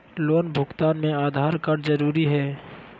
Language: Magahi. लोन भुगतान में आधार कार्ड जरूरी है?